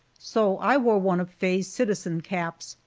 so i wore one of faye's citizen caps,